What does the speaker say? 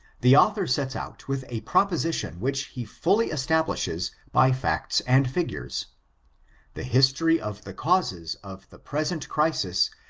the author sets out with a proposition which he fully establishes by facts and figures the history of the causes of the present crisis,